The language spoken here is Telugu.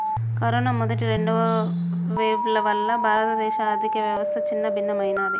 కరోనా మొదటి, రెండవ వేవ్ల వల్ల భారతదేశ ఆర్ధికవ్యవస్థ చిన్నాభిన్నమయ్యినాది